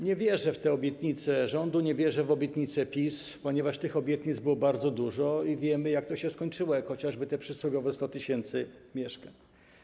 Nie wierzę w te obietnice rządu, nie wierzę w obietnice PiS, ponieważ tych obietnic było bardzo dużo i wiemy, jak to się skończyło, chociażby te przysłowiowe 100 tys. mieszkań.